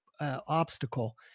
obstacle